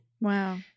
Wow